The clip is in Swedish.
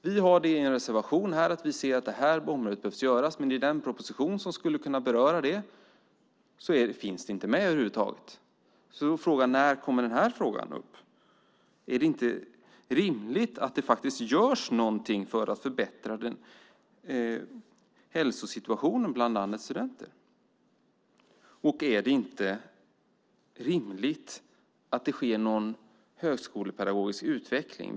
Vi skriver i en reservation att det behövs, men i den proposition som skulle kunna beröra det finns det inte med över huvud taget. Då är frågan: När kommer frågan upp? Är det inte rimligt att det görs någonting för att förbättra hälsosituationen bland landets studenter? Och är det inte rimligt att det sker en högskolepedagogisk utveckling?